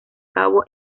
cabo